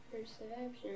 Perception